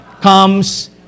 comes